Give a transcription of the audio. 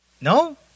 No